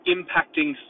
Impacting